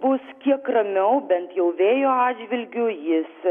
bus kiek ramiau bent jau vėjo atžvilgiu jis